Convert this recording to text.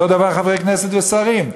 אותו דבר חברי כנסת ושרים.